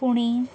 Pune